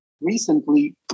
recently